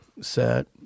set